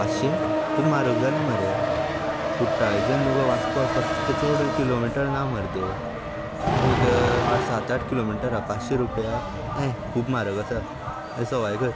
पांचशें खूब म्हारग जालें मरे कुठ्ठाळेच्यान तुका वास्को वचपाक कितकें चड किलोमिटर ना मरे तें एक आट सात आट किलोमिटराक पांचशें रुपया हें खूब म्हारग आसा मातशें सवाय कर